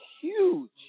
huge